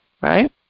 right